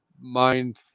mind